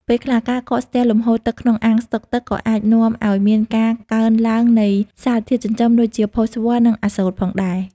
ពេលខ្លះការកកស្ទះលំហូរទឹកក្នុងអាងស្តុកទឹកក៏អាចនាំឱ្យមានការកើនឡើងនៃសារធាតុចិញ្ចឹមដូចជា ផូស្វ័រ និងអាសូតផងដែរ។